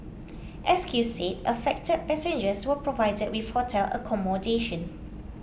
S Q said affected passengers were provided with hotel accommodation